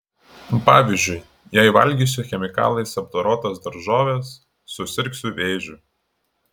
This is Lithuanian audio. pavyzdžiui jei valgysiu chemikalais apdorotas daržoves susirgsiu vėžiu